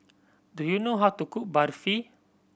do you know how to cook Barfi